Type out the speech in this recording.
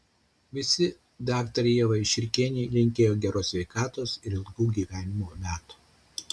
visi daktarei ievai širkienei linkėjo geros sveikatos ir ilgų gyvenimo metų